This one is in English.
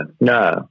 no